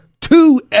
two